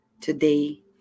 today